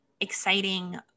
exciting